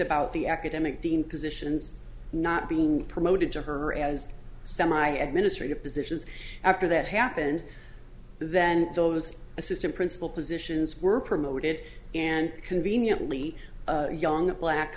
about the academic dean positions not being promoted to her as semi administrative positions after that happened then those assistant principal positions were promoted and conveniently a young black